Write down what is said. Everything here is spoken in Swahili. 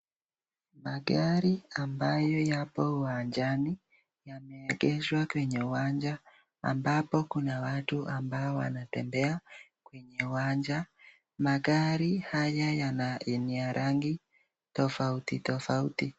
Magari ambayo yapo uwanjani yameegeshwa kwenye uwanja ambapo kuwa watu ambao wanatembea kwenye uwanja. Magari haya ni ya rangi tofauti tofauti.